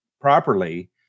properly